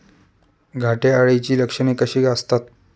घाटे अळीची लक्षणे कशी असतात?